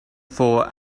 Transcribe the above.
for